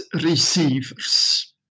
receivers